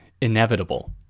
inevitable